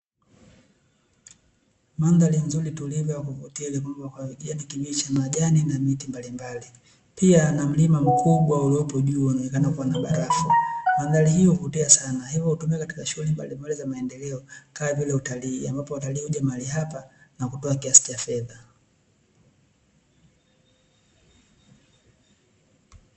Mandhari nzuri tulivu ya kuvutia iliyoundwa kwa kijani kibichi, majani na miti mbalimbali, pia na mlima mkubwa uliopo juu unaoonekana kuwa na barafu, mandhari hiyo huvutia sana hivyo hutumika katika shughuli mbalimbali za maendeleo kama vile utalii ambapo watalii huja mahali hapa na kutoa kiasi cha fedha.